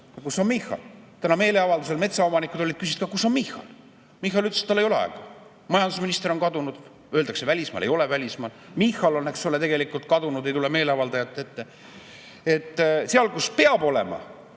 Kus on Michal? Täna meeleavaldusel metsaomanikud tulid ja küsisid, kus on Michal. Michal ütles, et tal ei ole aega. Majandusminister on kadunud, öeldakse, et välismaal, ei ole välismaal ... Michal on tegelikult kadunud, ei tule meeleavaldajate ette. Seal, kus peab olema,